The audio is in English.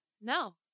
No